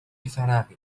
فراغك